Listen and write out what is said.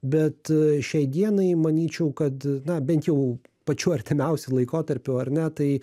bet šiai dienai manyčiau kad na bent jau pačiu artimiausiu laikotarpiu ar ne tai